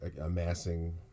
amassing